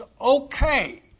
okay